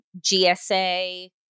GSA